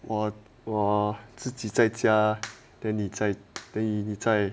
!wah! !wah! 自己在家等你再你再